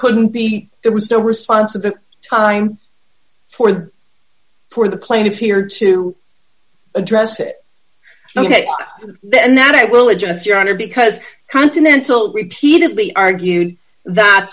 couldn't be there was the response of the time for the for the plaintiffs here to address it then that i will adjust your honor because continental repeatedly argued that